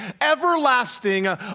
everlasting